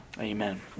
Amen